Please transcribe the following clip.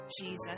Jesus